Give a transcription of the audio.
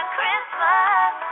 Christmas